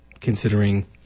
considering